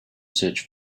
search